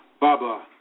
Baba